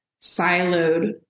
siloed